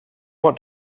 want